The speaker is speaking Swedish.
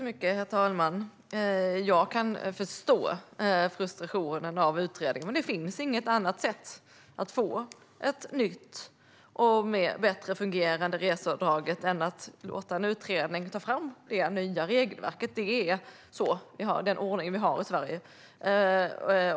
Herr talman! Jag kan förstå frustrationen över utredningar. Men det finns inget annat sätt att få fram ett nytt och bättre fungerande reseavdrag än att låta en utredning ta fram det nya regelverket. Det är den ordning vi har i Sverige.